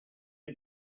who